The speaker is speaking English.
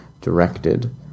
directed